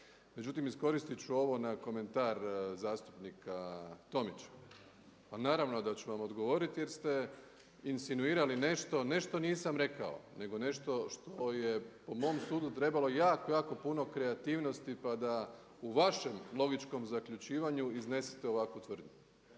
Međutim, iskoristit ću ovo na komentar zastupnika Tomića. Pa naravno da ću vam odgovoriti jer ste insinuirali nešto, nešto nisam rekao, nego nešto što je po mom sudu trebalo jako, jako puno kreativnosti pa da u vašem logičkom zaključivanju iznesete ovakvu tvrdnju.